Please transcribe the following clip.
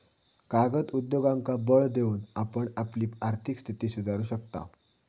कागद उद्योगांका बळ देऊन आपण आपली आर्थिक स्थिती सुधारू शकताव